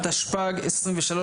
התשפ"ג-2023,